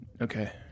Okay